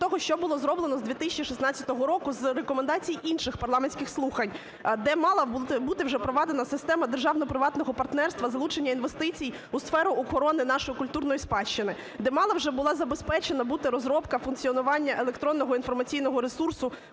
того, що було зроблено з 2016 року з рекомендацій інших парламентських слухань, де мала бути вже проведена система державно-приватного партнерства, залучення інвестицій у сферу охорони нашої культурної спадщини; де мала б вже була забезпечена бути розробка функціонування електронного інформаційного ресурсу